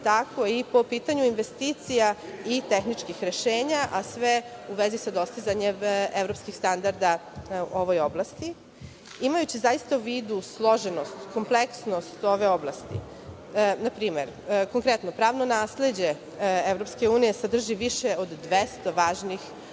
tako i po pitanju investicija i tehničkih rešenja, a sve u vezi sa dostizanjem evropskih standarda u ovoj oblasti. Imajući u vidu složenost, kompleksnost ove oblasti, konkretno, pravno nasleđe EU sadrži više od 200 važnih, znači